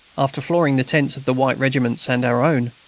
after flooring the tents of the white regiments and our own,